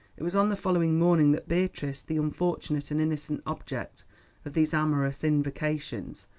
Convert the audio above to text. it was on the following morning that beatrice, the unfortunate and innocent object of these amorous invocations,